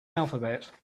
alphabet